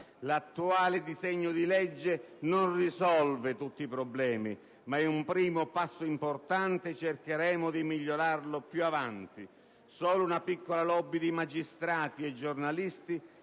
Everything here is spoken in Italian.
L'attuale disegno di legge non risolve tutti i problemi, ma è un primo passo importante: cercheremo di migliorarlo più avanti». «Solo una piccola *lobby* di magistrati e giornalisti